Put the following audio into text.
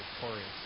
victorious